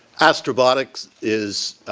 astrobotics is